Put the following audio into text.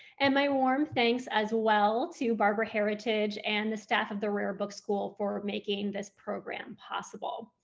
and my warm thanks as well to barbara heritage and the staff of the rare book school for making this program possible.